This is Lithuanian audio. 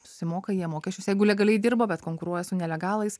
susimoka jie mokesčius jeigu legaliai dirba bet konkuruoja su nelegalais